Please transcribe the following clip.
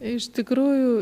iš tikrųjų